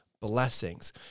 Blessings